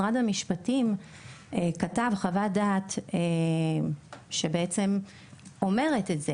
משרד המשפטים כתב חוות דעת שבעצם אומרת את זה